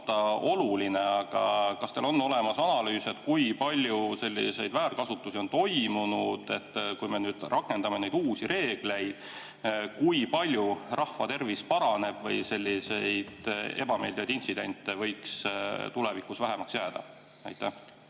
oluline, aga kas teil on olemas analüüs, kui palju selliseid väärkasutusi on toimunud? Kui me rakendame neid uusi reegleid, kui palju rahva tervis paraneb või [kui palju] võiks selliseid ebameeldivaid intsidente tulevikus vähemaks jääda? Aitäh,